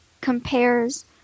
compares